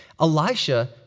Elisha